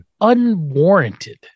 unwarranted